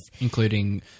Including